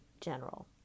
general